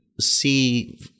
see